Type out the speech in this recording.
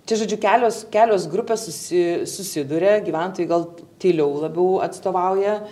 čia žodžiu kelios kelios grupės susi susiduria gyventojai gal tyliau labiau atstovauja